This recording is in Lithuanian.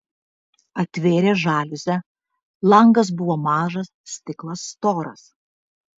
atvėrė žaliuzę langas buvo mažas stiklas storas